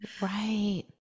right